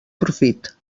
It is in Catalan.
profit